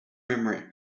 memory